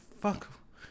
fuck